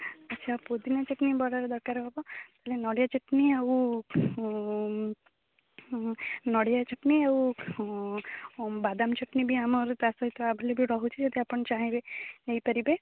ଆଚ୍ଛା ପୋଦିନା ଚଟଣୀ ବରାରେ ଦରକାର ହବ ତାହେଲେ ନଡ଼ିଆ ଚଟଣୀ ଆଉ ନଡ଼ିଆ ଚଟଣୀ ଆଉ ବାଦାମ ଚଟଣୀ ବି ଆମର ତା' ସହିତ ଆଭେଲେବୁଲ୍ ରହୁଛି ଯଦି ଆପଣ ଚାହିଁବେ ନେଇପାରିବେ